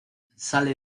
sale